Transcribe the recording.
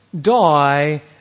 die